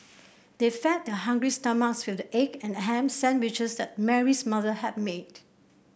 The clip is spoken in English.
they fed their hungry stomachs with the egg and ham sandwiches that Mary's mother had made